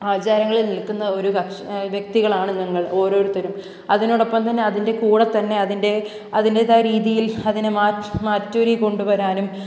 ആചാരങ്ങളില് നില്ക്കുന്ന ഒരു കക്ഷി വ്യക്തികളാണ് ഞങ്ങള് ഓരോരുത്തരും അതിനോടൊപ്പം തന്നെ അതിന്റെ കൂടെ തന്നെ അതിന്റെ അതിന്റേതായ രീതിയില് അതിനെ മാറ്റൊരി കൊണ്ട് വരാനും